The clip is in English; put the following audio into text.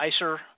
ICER